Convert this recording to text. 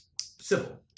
civil